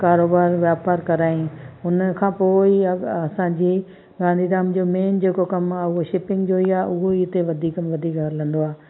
कारोबारु वापारु कराई हुन खां पोइ हीअ असांजी गांधीधाम जो मेन जेको कमु आहे उहो शिपिंग जो ई आहे उहो ई हिते वधीक में वधीक हलंदो आहे